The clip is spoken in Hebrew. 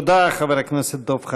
תודה, חבר הכנסת דב חנין.